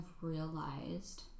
realized